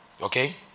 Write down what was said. Okay